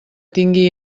tingui